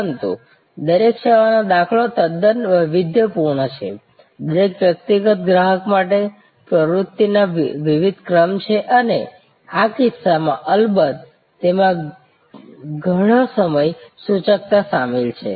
પરંતુ દરેક સેવાનો દાખલો તદ્દન વૈવિધ્યપૂર્ણ છે દરેક વ્યક્તિગત ગ્રાહક માટે પ્રવૃત્તિઓના વિવિધ ક્રમ છે અને આ કિસ્સાઓમાં અલબત્ત તેમાં ઘણી સમય સૂચકતા સામેલ છે